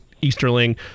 Easterling